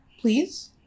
Please